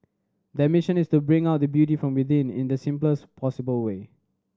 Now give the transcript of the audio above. their mission is to bring out the beauty from within in the simplest possible way